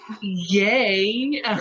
yay